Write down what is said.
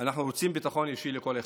אנחנו רוצים ביטחון אישי לכל אחד,